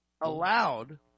allowed